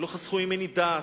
לא חסכו ממני דעת,